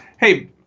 Hey